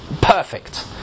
perfect